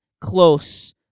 Close